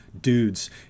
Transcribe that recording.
dudes